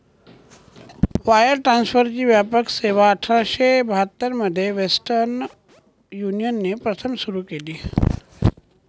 wire ट्रान्सफरची व्यापक सेवाआठराशे बहात्तर मध्ये वेस्टर्न युनियनने प्रथम सुरू केली